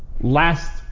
last